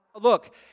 look